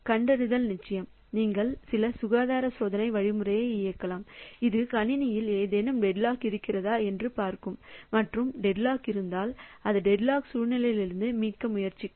கண்டறிதல் நிச்சயம் நீங்கள் சில சுகாதார சோதனை வழிமுறையை இயக்கலாம் இது கணினியில் ஏதேனும் டெட்லாக் இருக்கிறதா என்று பார்க்கும் மற்றும் டெட்லாக் இருந்தால் அது டெட்லாக் சூழ்நிலையிலிருந்து மீட்க முயற்சிக்கும்